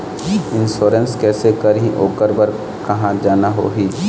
Insurance कैसे करही, ओकर बर कहा जाना होही?